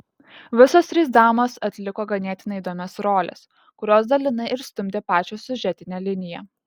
visos trys damos atliko ganėtinai įdomias roles kurios dalinai ir stumdė pačią siužetinę liniją